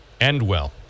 Endwell